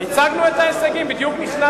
מה אתה רוצה, הצגנו את ההישגים, בדיוק נכנסת.